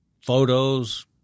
photos